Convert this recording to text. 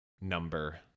number